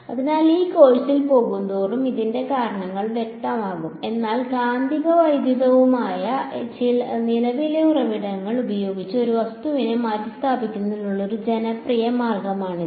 അതിനാൽ ഈ കോഴ്സിൽ പോകുന്തോറും ഇതിന്റെ കാരണം വ്യക്തമാകും എന്നാൽ കാന്തികവും വൈദ്യുതവുമായ നിലവിലെ ഉറവിടങ്ങൾ ഉപയോഗിച്ച് ഒരു വസ്തുവിനെ മാറ്റിസ്ഥാപിക്കുന്നതിനുള്ള ഒരു ജനപ്രിയ മാർഗമാണിത്